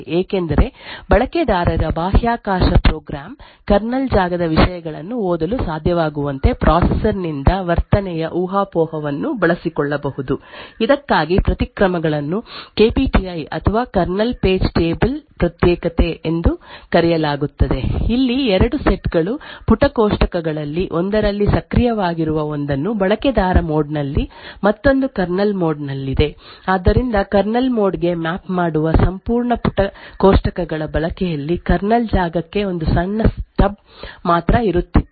ಈಗ ಮೆಲ್ಟ್ಡೌನ್ ದಾಳಿಯು ಕಾರ್ಯನಿರ್ವಹಿಸುತ್ತದೆ ಏಕೆಂದರೆ ಬಳಕೆದಾರರ ಬಾಹ್ಯಾಕಾಶ ಪ್ರೋಗ್ರಾಂ ಕರ್ನಲ್ ಜಾಗದ ವಿಷಯಗಳನ್ನು ಓದಲು ಸಾಧ್ಯವಾಗುವಂತೆ ಪ್ರೊಸೆಸರ್ ನಿಂದ ವರ್ತನೆಯ ಊಹಾಪೋಹವನ್ನು ಬಳಸಿಕೊಳ್ಳಬಹುದು ಇದಕ್ಕಾಗಿ ಪ್ರತಿಕ್ರಮಗಳನ್ನು ಕೆಪಿಟಿಐ ಅಥವಾ ಕರ್ನಲ್ ಪೇಜ್ ಟೇಬಲ್ ಪ್ರತ್ಯೇಕತೆ ಎಂದು ಕರೆಯಲಾಗುತ್ತದೆ ಅಲ್ಲಿ ಎರಡು ಸೆಟ್ ಗಳು ಪುಟ ಕೋಷ್ಟಕಗಳಲ್ಲಿ ಒಂದರಲ್ಲಿ ಸಕ್ರಿಯವಾಗಿರುವ ಒಂದನ್ನು ಬಳಕೆದಾರ ಮೋಡ್ ನಲ್ಲಿ ಮತ್ತೊಂದು ಕರ್ನಲ್ ಮೋಡ್ ನಲ್ಲಿದೆ ಆದ್ದರಿಂದ ಕರ್ನಲ್ ಕೋಡ್ ಗೆ ಮ್ಯಾಪ್ ಮಾಡುವ ಸಂಪೂರ್ಣ ಪುಟ ಕೋಷ್ಟಕಗಳ ಬಳಕೆಯಲ್ಲಿ ಕರ್ನಲ್ ಜಾಗಕ್ಕೆ ಒಂದು ಸಣ್ಣ ಸ್ಟಬ್ ಮಾತ್ರ ಇರುತ್ತಿತ್ತು